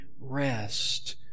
rest